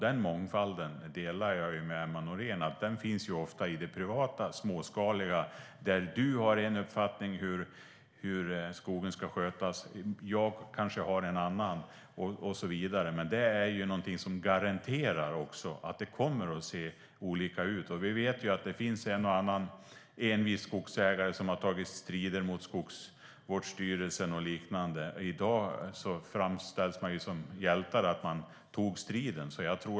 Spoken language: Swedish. Jag håller med Emma Nohrén om att denna mångfald ofta finns i det privata och småskaliga. Här har Emma Nohrén en uppfattning om hur skogen ska skötas, jag en annan och så vidare. Detta garanterar att det kommer att se olika ut. Vi vet att en och annan envis skogsägare har tagit strid mot Skogsvårdsstyrelsen med flera, och de framställs som hjältar för att de tog striden.